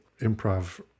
improv